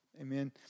Amen